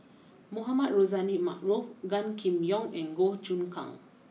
Mohamed Rozani Maarof Gan Kim Yong and Goh Choon Kang